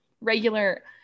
regular